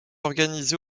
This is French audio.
organisé